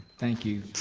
thank you,